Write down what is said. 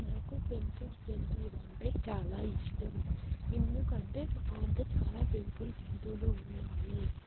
నాకు పెంపుడు జంతువులంటే చాలా ఇష్టం ఎందుకంటే మా వద్ద చాలా పెంపుడు జంతువులు ఉన్నాయి